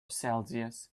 celsius